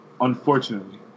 Unfortunately